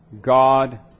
God